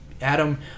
Adam